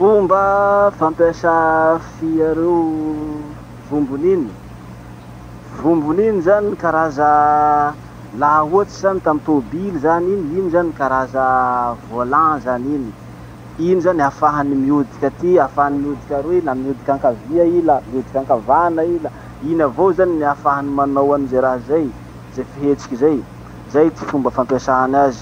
Fomba fampiasà fia reo vombony iny: vombony iny zany karaza, laha ohatsy zany tamy tobily zany iny, iny zany karaza volant zany iny. Iny zany ahafahany miodiky aty ahafahany miodiky aroy la miodiky ankavia i la miodiky ankavana i la iny avao zany ny ahafahany manao any ze raha zay, zay fihetsiky zay. Zay ty fomba fampiasany azy.